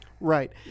Right